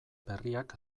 berriak